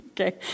Okay